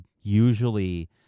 Usually